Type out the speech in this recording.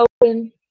open